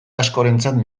askorentzako